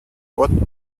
what